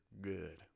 good